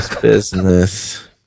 business